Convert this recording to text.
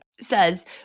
says